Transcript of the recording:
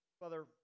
Father